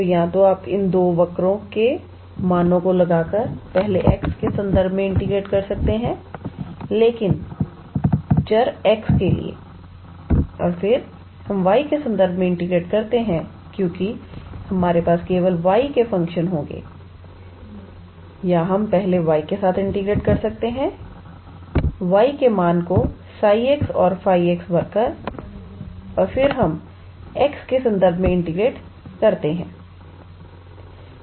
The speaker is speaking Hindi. तो या तो आप इन दो वक्रों के मानों को लगाकर पहले x के संदर्भ में इंटीग्रेटेड कर सकते हैं लेकिन चर x के लिए और फिर हम y के संदर्भ में इंटीग्रेटेड करते हैं क्योंकि हमारे पास केवल y के फंक्शन होंगे या हम पहले y के साथ इंटीग्रेट कर सकते हैं y के मान को 𝜓𝑥 और 𝜑𝑥 भरकर और फिर हम x के संदर्भ में इंटीग्रेटेड करते हैं